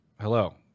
Hello